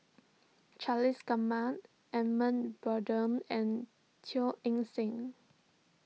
Charles Gamba Edmund Blundell and Teo Eng Seng